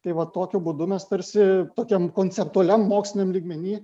tai va tokiu būdu mes tarsi tokiam konceptualiam moksliniam lygmeny